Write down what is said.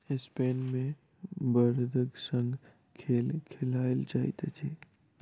Spain मे बड़दक संग खेल खेलायल जाइत अछि